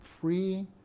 free